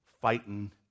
Fighting